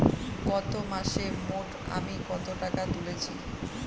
গত মাসে মোট আমি কত টাকা তুলেছি?